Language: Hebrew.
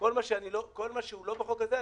כל מה שהוא לא בחוק הזה,